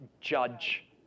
judge